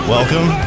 Welcome